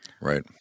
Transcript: Right